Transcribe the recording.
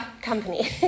company